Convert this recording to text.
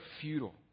futile